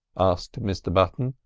asked mr button,